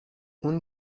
اون